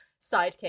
sidekick